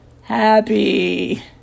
happy